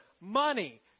money